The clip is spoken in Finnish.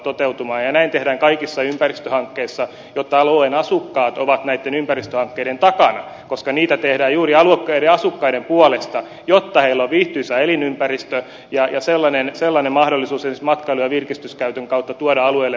näin tehdään kaikissa ympäristöhankkeissa jotta alueen asukkaat ovat näiden ympäristöhankkeiden takana koska niitä tehdään juuri asukkaiden puolesta jotta heillä on viihtyisä elinympäristö ja mahdollisuus esimerkiksi matkailun ja virkistyskäytön kautta tuoda alueelle myös elinkeinoelämää